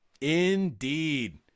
Indeed